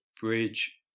bridge